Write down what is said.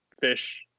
fish